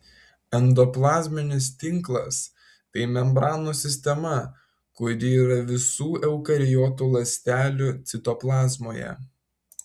endoplazminis tinklas tai membranų sistema kuri yra visų eukariotų ląstelių citoplazmoje